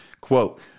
quote